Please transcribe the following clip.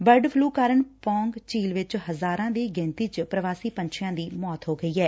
bird flu ਕਾਰਨ ਪੌ'ਗ ਝੀਲ ਵਿਚ ਹਜ਼ਾਰ' ਦੀ ਗਿਣਤੀ 'ਚ ਪ੍ਰਵਾਸੀ ਪੰਛੀਆ' ਦੀ ਮੌਤ ਹੋ ਗਈ ਐ